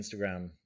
instagram